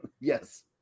Yes